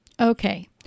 Okay